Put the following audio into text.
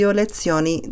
lezioni